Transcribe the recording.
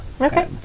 Okay